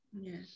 Yes